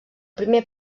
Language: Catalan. primer